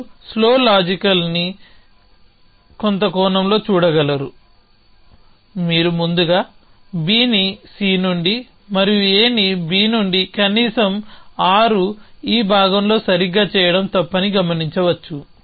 మీరు స్లో లాజికల్ని కొంత కోణంలో చూడగలరు మీరు ముందుగా Bని C నుండి మరియు Aని B నుండి కనీసం ఆరు ఈ భాగంలో సరిగ్గా చేయడం తప్పని గమనించవచ్చు